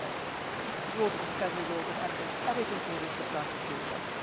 um rules of discovery, rules of evidence, everything favors the prosecution.